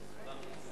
אדוני היושב-ראש,